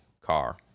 car